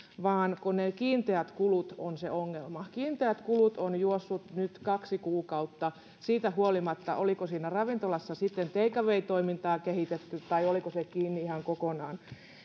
mukaan kun ne kiinteät kulut ovat se ongelma kiinteät kulut ovat juosseet nyt kaksi kuukautta siitä huolimatta oliko siinä ravintolassa sitten take away toimintaa kehitetty vai oliko se kiinni ihan kokonaan